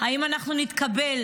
האם אנחנו נתקבל,